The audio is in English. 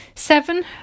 Seven